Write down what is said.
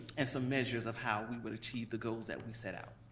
and some measures of how we would achieve the goals that we set out.